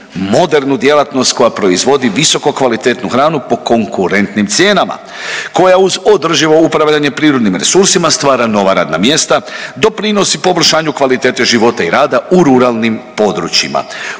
modernu djelatnost koja proizvodi visoko kvalitetnu hranu po konkurentnim cijenama, koja uz održivo upravljanje prirodnim resursima stvara nova radna mjesta, doprinosi poboljšanju kvalitete života i rada u ruralnim područjima.